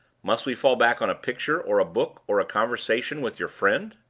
must we fall back on a picture, or a book, or a conversation with your friend?